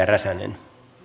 räsänen